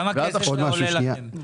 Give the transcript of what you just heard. כמה כסף זה עולה לכם?